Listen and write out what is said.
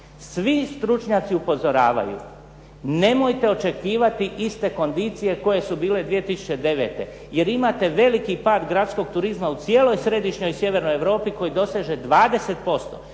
Svi stručnjaci upozoravaju nemojte očekivati iste kondicije koje su bile 2009. jer imate veliki pad gradskog turizma u cijeloj središnjoj i sjevernoj Europi koji doseže 20%.